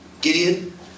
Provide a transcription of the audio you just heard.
Gideon